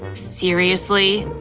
seriously?